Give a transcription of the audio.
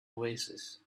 oasis